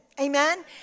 Amen